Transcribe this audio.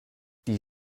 die